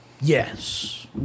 Yes